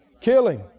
killing